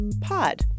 Pod